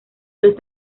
los